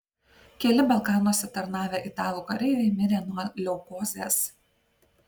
keli balkanuose tarnavę italų kareiviai mirė nuo leukozės